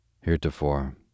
Heretofore